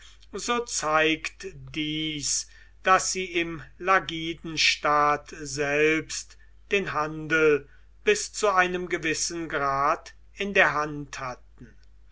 so zeigt dies daß sie im lagidenstaat selbst den handel bis zu einem gewissen grad in der hand hatten